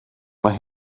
mae